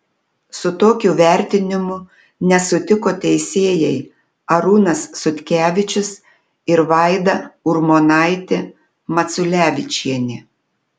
su tokiu vertinimu nesutiko teisėjai arūnas sutkevičius ir vaida urmonaitė maculevičienė